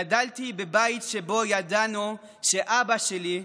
גדלתי בבית שבו ידענו שאבא שלי,